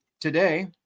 today